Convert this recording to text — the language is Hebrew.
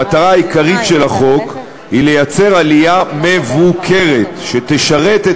המטרה העיקרית של החוק היא לייצר עלייה מבוקרת שתשרת את